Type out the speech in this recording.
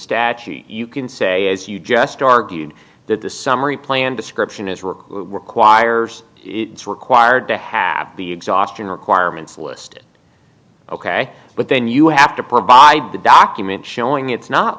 statute you can say as you just argued that the summary plan description is rick requires it's required to have the exhaustion requirements listed ok but then you have to provide the document showing it's not